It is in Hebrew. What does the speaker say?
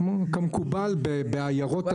רינת,